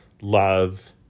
love